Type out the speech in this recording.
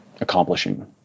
accomplishing